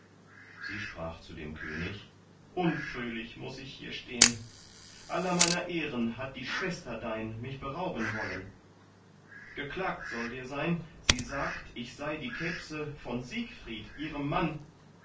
sie sprach zu dem könig unfröhlich muß ich hier stehn aller meiner ehren hat die schwester dein mich berauben wollen geklagt soll dir sein sie sagt ich sei die kebse von siegfried ihrem mann